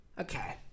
Okay